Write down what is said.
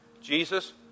Jesus